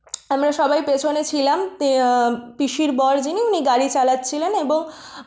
আমরা সবাই পেছনে ছিলাম তে পিসির বর যিনি উনি গাড়ি চালাচ্ছিলেন এবং